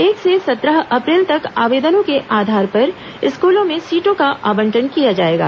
एक से सत्रह अप्रैल तक आवेदनों के आधार पर स्कूलों में सीटों का आवंटन किया जाएगा